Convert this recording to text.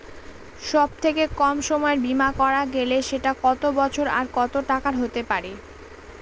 সব থেকে কম সময়ের বীমা করা গেলে সেটা কত বছর আর কত টাকার হতে পারে?